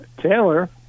Taylor